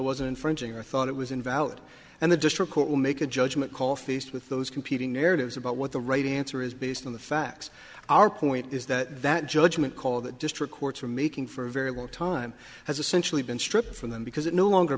wasn't frenching i thought it was invalid and the district court will make a judgment call faced with those competing narratives about what the right answer is based on the facts our point is that that judgment call that district courts are making for a very long time has essentially been so dripped from them because it no longer